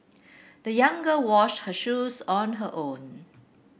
the young girl washed her shoes on her own